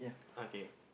okay